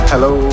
Hello